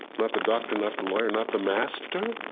not the doctor, not the lawyer, not the master?